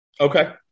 Okay